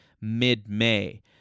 mid-May